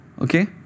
okay